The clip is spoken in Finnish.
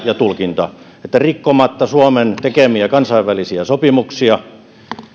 ja tulkinta oli siitä että rikkomatta suomen tekemiä kansainvälisiä sopimuksia